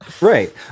Right